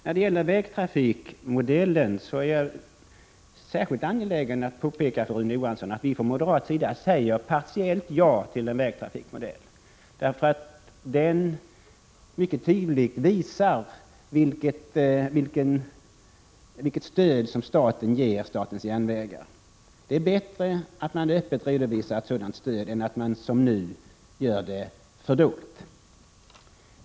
När det gäller vägtrafikmodellen är jag särskilt angelägen att påpeka för Rune Johansson att vi på moderat sida säger partiellt ja till en vägtrafikmodell, eftersom den mycket tydligt visar vilket stöd staten ger SJ. Det är bättre att man öppet redovisar ett sådant stöd än att man som nu ger det fördolt.